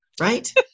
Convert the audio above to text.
Right